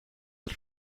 het